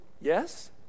yes